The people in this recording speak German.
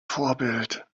vorbild